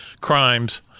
crimes